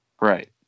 Right